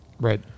Right